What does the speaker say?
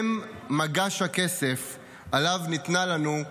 הם מגש הכסף שעליו ניתנה לנו,